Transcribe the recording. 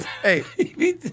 Hey